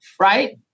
Right